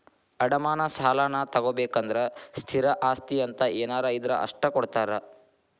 ಅಡಮಾನ ಸಾಲಾನಾ ತೊಗೋಬೇಕಂದ್ರ ಸ್ಥಿರ ಆಸ್ತಿ ಅಂತ ಏನಾರ ಇದ್ರ ಅಷ್ಟ ಕೊಡ್ತಾರಾ